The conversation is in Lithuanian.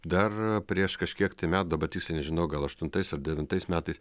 dar prieš kažkiek tai me dabar tiksliai nežinau gal aštuntais ar devintais metais